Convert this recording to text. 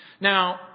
Now